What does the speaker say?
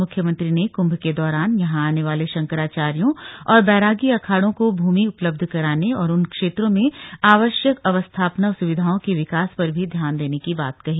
मुख्यमंत्री ने कुंभ के दौरान यहां आने वाले शंकराचार्यो और बैरागी अखाड़ों को भूमि उपलब्ध कराने और उन क्षेत्रों में आवश्यक अवस्थापना सुविधाओं के विकास पर भी ध्यान देने के बात कही